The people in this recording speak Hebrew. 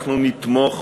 אנחנו נתמוך